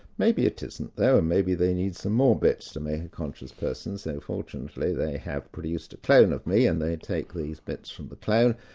maybe it isn't, though, and maybe they need some more bits to make a conscious person, so fortunately they have produced a clone of me and they take those bits from the clone,